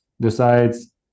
decides